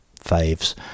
faves